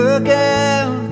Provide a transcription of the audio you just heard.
again